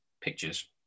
pictures